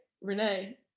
renee